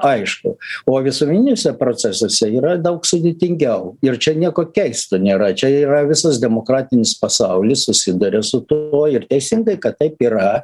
aišku o visuomeniniuose procesuose yra daug sudėtingiau ir čia nieko keisto nėra čia yra visas demokratinis pasaulis susiduria su tuo ir teisingai kad taip yra